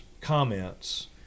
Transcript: comments